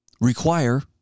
require